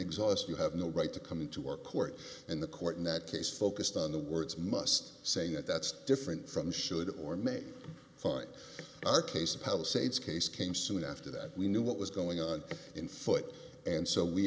exhaust you have no right to come into our court and the court in that case focused on the words must saying it that's different from should or may find our case a palisades case came soon after that we knew what was going on in foot and so we